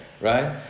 right